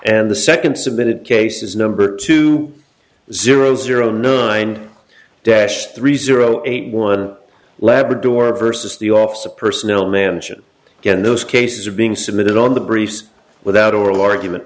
and the second submitted cases number two zero zero nine dash three zero eight one labrador versus the office of personnel mansion again those cases are being submitted on the briefs without oral argument